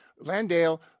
Landale